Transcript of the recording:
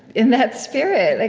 in that spirit, like